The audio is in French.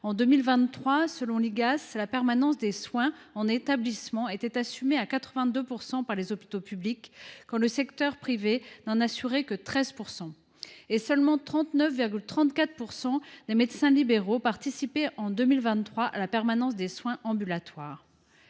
sociales (Igas), la permanence des soins en établissement était assumée à 82 % par les hôpitaux publics, quand le secteur privé n’en assurait que 13 %. De plus, seuls 39,34 % des médecins libéraux participaient à la permanence des soins ambulatoires.